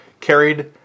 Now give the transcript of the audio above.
carried